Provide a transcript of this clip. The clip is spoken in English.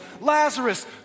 Lazarus